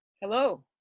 Hello